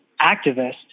activist